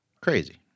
Crazy